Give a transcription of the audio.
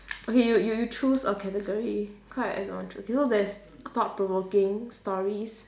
okay you you you choose a category cause I I don't want choose you know there's thought provoking stories